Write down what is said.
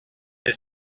est